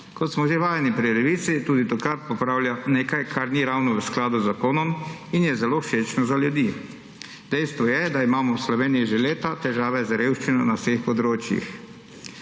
Kot sem že vajeni pri Levici, tudi tokrat popravlja nekaj, kar ni ravno v skladu z zakonom, je pa zelo všečno za ljudi. Dejstvo je, da imamo v Sloveniji že leta težave z revščino na vseh področjih.